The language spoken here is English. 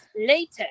later